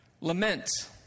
Lament